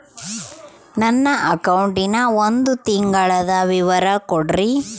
ನನ್ನ ಅಕೌಂಟಿನ ಒಂದು ತಿಂಗಳದ ವಿವರ ಕೊಡ್ರಿ?